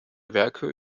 werke